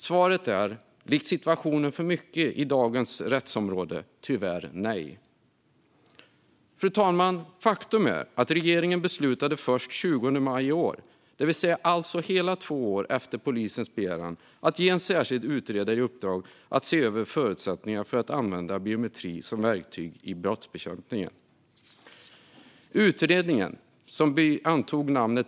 Svaret är, likt situationen för mycket inom dagens rättsområde, tyvärr nej. Fru talman! Faktum är att regeringen beslutade först den 20 maj i år, det vill säga hela två år efter polisens begäran, att ge en särskild utredare i uppdrag att se över förutsättningarna för att använda biometri som verktyg i brottsbekämpningen.